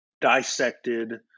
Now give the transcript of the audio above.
dissected